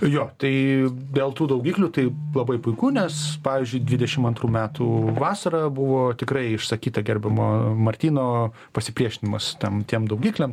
jo tai dėl tų daugiklių tai labai puiku nes pavyzdžiui dvidešimt antrų metų vasara buvo tikrai išsakyta gerbiamo martyno pasipriešinimas tam tiem daugikliam